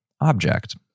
object